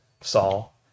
Saul